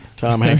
Tom